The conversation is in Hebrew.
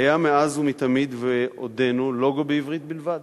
היה מאז ומתמיד, ועודנו, לוגו בעברית בלבד.